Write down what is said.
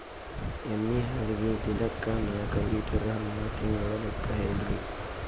ಎಮ್ಮಿ ಹಾಲಿಗಿ ದಿನಕ್ಕ ನಾಕ ಲೀಟರ್ ಹಂಗ ತಿಂಗಳ ಲೆಕ್ಕ ಹೇಳ್ರಿ?